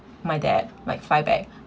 my dad my flight back